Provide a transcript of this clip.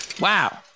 Wow